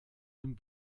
dem